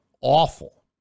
awful